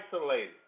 isolated